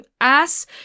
ass